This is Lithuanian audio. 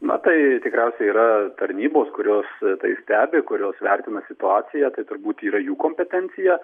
na tai tikriausiai yra tarnybos kurios tai stebi kurios vertina situaciją tai turbūt yra jų kompetencija